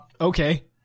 Okay